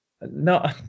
no